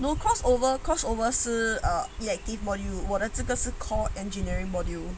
no crossover over crossover 是 err elective module 我的这个是 core engineering module